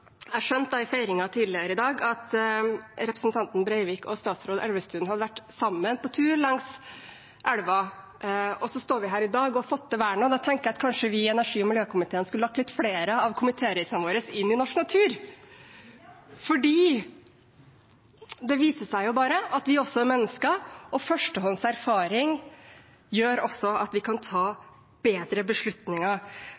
jeg ved feiringen tidligere i dag skjønte at representanten Breivik og statsråd Elvestuen hadde vært sammen på tur langs elva. Så står vi her i dag og har fått til vernet. Da tenker jeg at vi i energi- og miljøkomiteen skulle lagt flere av komitéreisene våre til norsk natur, for det viser seg at vi også bare er mennesker, og førstehåndserfaring gjør også at vi kan